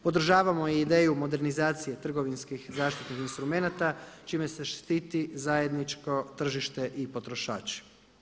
Podržavamo i ideju modernizacije trgovinskih zaštitnih instrumenata čime se štiti zajedničko tržište i potrošač.